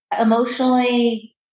emotionally